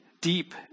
deep